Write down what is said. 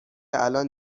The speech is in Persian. الان